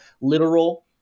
literal